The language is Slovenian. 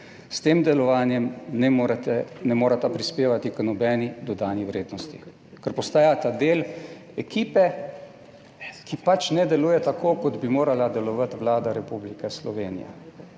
S tem delovanjem ne morete, ne moreta prispevati k nobeni dodani vrednosti, ker postajata del ekipe, ki pač ne deluje tako, kot bi morala delovati Vlada Republike Slovenije.